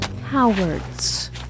Howards